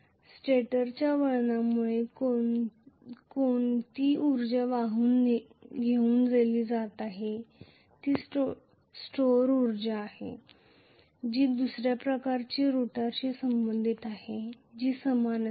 स्टेटरच्या वळणामुळे कोणती उर्जा वाहून नेली जाते ती स्टोअर उर्जा आहे जी दुसऱ्या प्रकारची रोटरशी संबंधित असेल जी समान दिसते